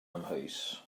amheus